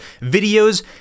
videos